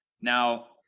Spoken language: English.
now